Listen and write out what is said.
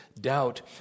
doubt